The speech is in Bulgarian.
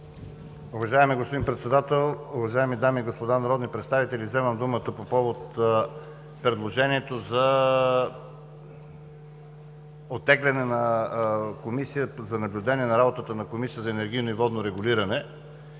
Уважаеми господин Председател, уважаеми дами и господа народни представители! Вземам думата по повод предложението за оттегляне на Комисия за наблюдение на работата на Комисията за енергийно и водно регулиране.